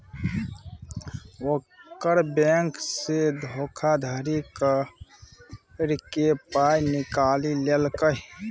ओकर बैंकसँ धोखाधड़ी क कए पाय निकालि लेलकै